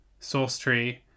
SourceTree